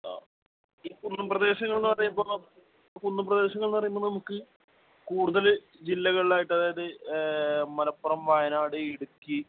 ആ ഈ കുന്നുംപ്രദേശങ്ങൾ എന്ന് പറയുമ്പോൾ ഇപ്പം കുന്നുംപ്രദേശങ്ങൾ എന്ന് പറയുമ്പോൾ നമുക്ക് കൂടുതൽ ജില്ലകളിലായിട്ട് അതായത് മലപ്പുറം വയനാട് ഇടുക്കി